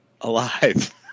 Alive